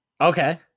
Okay